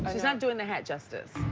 she's not doing the hat justice.